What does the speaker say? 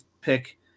pick